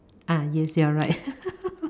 ah yes you're right